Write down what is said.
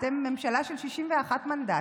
אתם ממשלה של 61 מנדטים,